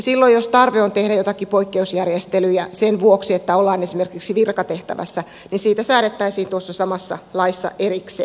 silloin jos tarve olisi tehdä joitakin poikkeusjärjestelyjä sen vuoksi että ollaan esimerkiksi virkatehtävässä niin siitä säädettäisiin tuossa samassa laissa erikseen